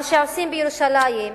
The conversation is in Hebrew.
מה שעושים בירושלים,